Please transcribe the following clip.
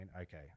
okay